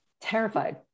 Terrified